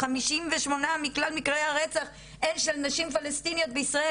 58 אחוז מכלל מקרי הרצח הן של נשים פלשתינאיות בישראל.